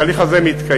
התהליך הזה מתקיים,